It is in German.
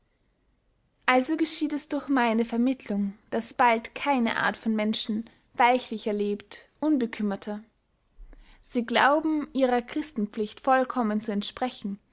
also geschieht es durch meine vermittlung daß bald keine art von menschen weichlicher lebt unbekümmerter sie glauben ihrer christenpflicht vollkommen zu entsprechen